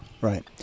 right